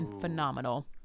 phenomenal